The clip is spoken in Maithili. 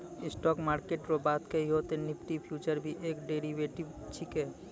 स्टॉक मार्किट रो बात कहियो ते निफ्टी फ्यूचर भी एक डेरीवेटिव छिकै